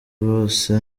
bose